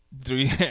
Three